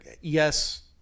yes